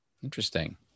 Interesting